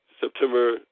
September